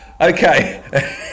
okay